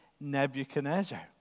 Nebuchadnezzar